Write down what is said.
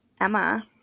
Emma